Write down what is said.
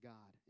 God